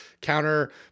counter